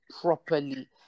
properly